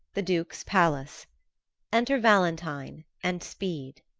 the duke's palace enter valentine and speed